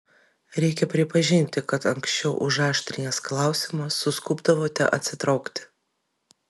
reikia pripažinti kad anksčiau užaštrinęs klausimą suskubdavote atsitraukti